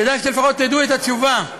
כדאי שלפחות תדעו את התשובה.